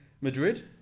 Madrid